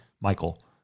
Michael